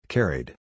Carried